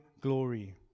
glory